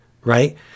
right